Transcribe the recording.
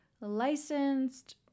licensed